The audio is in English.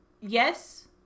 yes